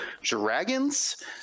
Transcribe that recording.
Dragons